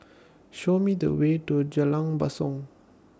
Show Me The Way to Jalan Basong